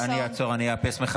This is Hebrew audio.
אני אעצור ואאפס.